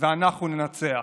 ואנחנו ננצח.